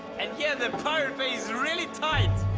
and yeah, the pirate bay is really tight!